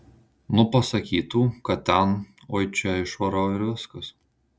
nu pasakytų kad ten oi čia išvarau ir viskas